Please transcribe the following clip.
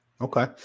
Okay